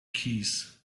keys